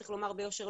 צריך לומר ביושר,